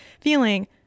feeling